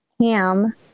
ham